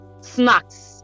snacks